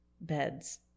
beds